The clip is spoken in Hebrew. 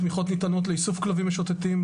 התמיכות ניתנות לאיסוף כלבים משוטטים,